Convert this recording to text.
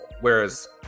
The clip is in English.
whereas